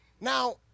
Now